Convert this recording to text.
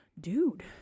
dude